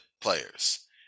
players